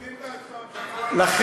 הם כבר כל כך בטוחים בעצמם, לכן,